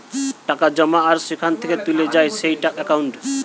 টাকা জমা আর সেখান থেকে তুলে যায় যেই একাউন্টে